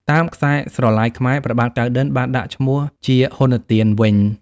តាមខ្សែស្រឡាយខ្មែរ ព្រះបាទកៅណ្ឌិន្យបានដាក់ឈ្មោះជា ហ៊ុន ទៀន វិញ។